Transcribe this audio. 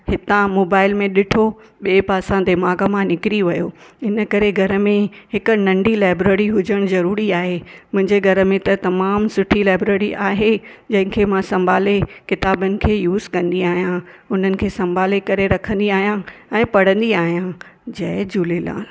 हितां मोबाइल में ॾिठो ॿिए पासा दीमाग़ु मां निकिरी वियो इन करे घर में हिकु नंढी लाइब्रेरी हुजण ज़रूरी आहे मुंहिंजे घरु में त तमामु सुठी लाइब्रेरी आहे जंहिंखे मां संभाले क़िताबनि खे यूस कंदी आहियां उन्हनि खे संभाले करे रखंदी आहियां ऐं पढ़ंदी आहियां जय झूलेलाल